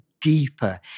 deeper